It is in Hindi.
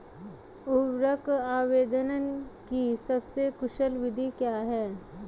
उर्वरक आवेदन की सबसे कुशल विधि क्या है?